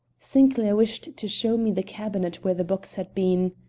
sinclair wished to show me the cabinet where the box had been.